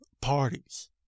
parties